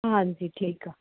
ਹਾਂਜੀ ਠੀਕ ਆ